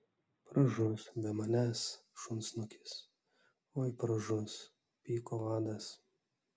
pražus be manęs šunsnukis oi pražus pyko vadas